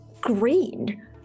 green